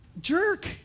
jerk